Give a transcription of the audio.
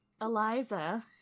Eliza